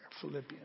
Philippians